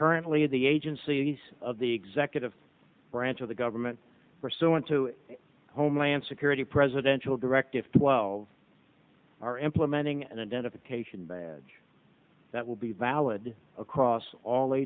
currently the agencies of the executive branch of the government pursuant to homeland security presidential directive twelve are implementing an identification badge that will be valid across all